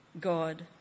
God